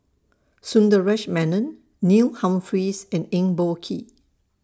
Sundaresh Menon Neil Humphreys and Eng Boh Kee